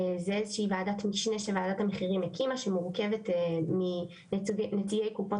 זה איזו שהיא וועדת משנה שוועדת המחירים הקימה שמורכבת מאנשי קופות